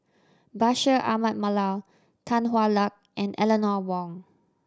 Bashir Ahmad Mallal Tan Hwa Luck and Eleanor Wong